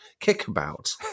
kickabout